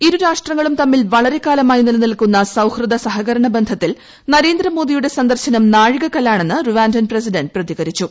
ഇരു രാഷ്ട്രങ്ങളും തമ്മിൽ വ്ളരെക്കാലമായി നിലനിൽക്കുന്ന സൌഹൃദ സഹകരണ ബന്ധത്തിൽ നരേന്ദ്രമോദിയുടെ സന്ദർശനം നാഴികക്കല്ലാണെന്ന് റുവാണ്ടൻ പ്രസിഡന്റ് പ്രതികരിച്ചു